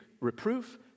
reproof